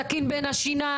סכין בין השיניים.